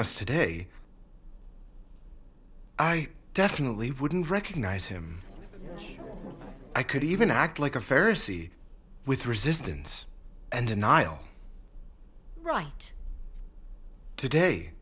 us today i definitely wouldn't recognize him i could even act like affairs with resistance and denial right today